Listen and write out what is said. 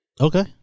Okay